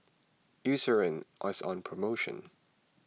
Eucerin is on promotion